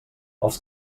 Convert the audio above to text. els